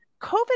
COVID